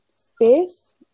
space